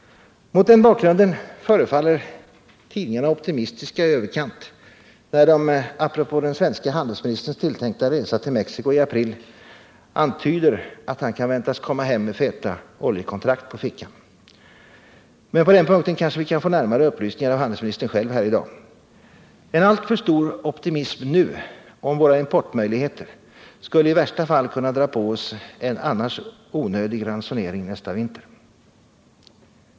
Mot den bakgrunden förefaller tidningarna optimistiska i överkant när de apropå den svenske handelsministerns tilltänkta resa till Mexico i april antyder att han kan väntas komma hem med feta oljekontrakt på fickan. Men på den punkten kanske vi kan få närmare upplysningar av handelsministern själv här i dag. En alltför stor optimism nu om våra importmöjligheter skulle i värsta fall kunna dra på oss en annars onödig ransonering nästa vinter.